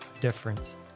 difference